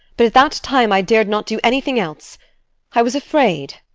but at that time i dared not do anything else i was afraid,